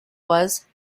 was